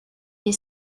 est